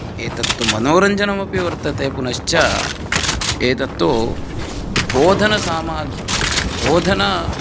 एतत्तु मनोरञ्जनमपि वर्तते पुनश्च एतत्तु बोधनसामग्री बोधनं